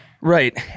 Right